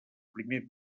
primer